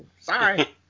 Sorry